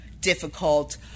difficult